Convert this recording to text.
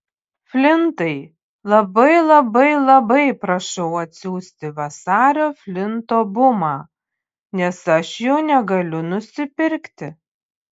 flintai labai labai labai prašau atsiųsti vasario flinto bumą nes aš jo negaliu nusipirkti